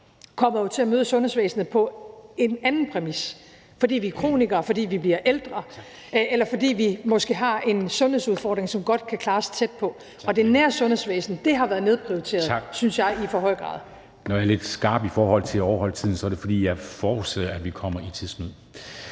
kommer jo til at møde sundhedsvæsenet på en anden præmis – fordi vi er kronikere, fordi vi bliver ældre, eller fordi vi måske har en sundhedsudfordring, som godt kan klares tæt på. Og det nære sundhedsvæsen har været nedprioriteret, synes jeg, i for høj grad. Kl. 13:21 Formanden (Henrik Dam Kristensen): Tak. Når jeg er lidt skarp i forhold til at overholde tiden, er det, fordi jeg forudser, at vi kommer i tidsnød.